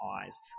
eyes